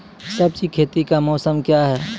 सब्जी खेती का मौसम क्या हैं?